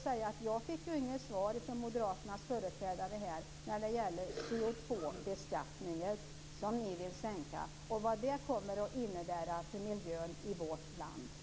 Men jag fick inget svar från moderaternas företrädare i fråga om CO2-beskattningen som ni vill sänka och vad det kommer att innebära för miljön i vårt land.